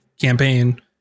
campaign